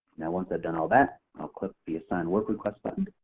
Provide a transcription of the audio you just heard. now, once i've done all that, i'll click the assign work request button.